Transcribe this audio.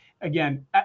Again